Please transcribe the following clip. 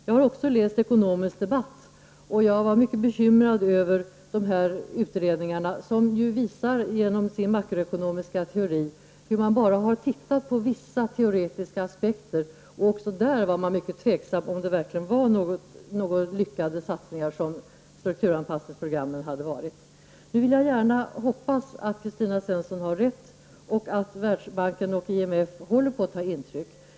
Jag har också läst Ekonomisk Debatt, och jag var mycket bekymrad över de utredningar som genom sin makroekonomiska teori visar att man bara har tittat på vissa teoretiska aspekter. Även där var man mycket tveksam till om strukturanpassningsprogrammen verkligen hade varit några lyckade satsningar. Nu vill jag gärna hoppas att Kristina Svensson har rätt och att Världsbanken och IMF håller på att ta intryck.